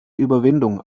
überwindung